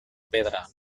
pedra